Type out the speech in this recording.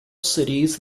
cities